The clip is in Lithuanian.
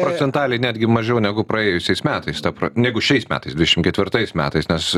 procentaliai netgi mažiau negu praėjusiais metais ta pra negu šiais metais dvidešim ketvirtais metais nes